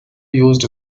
used